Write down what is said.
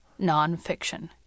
nonfiction